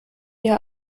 ihr